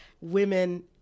women